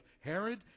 Herod